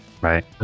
Right